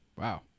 wow